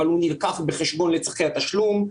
אבל הוא נלקח בחשבון לצרכי התשלום.